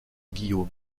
guillaume